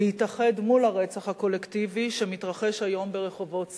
להתאחד מול הרצח הקולקטיבי שמתרחש היום ברחובות סוריה,